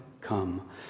come